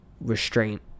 Restraint